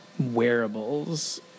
wearables